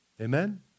Amen